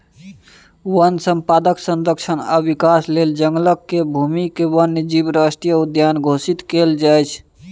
वन संपदाक संरक्षण आ विकास लेल जंगल केर भूमिकेँ वन्य जीव राष्ट्रीय उद्यान घोषित कएल जाए